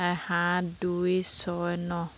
সাত দুই ছয় ন